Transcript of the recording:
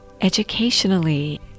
educationally